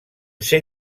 ser